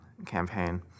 campaign